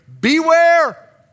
Beware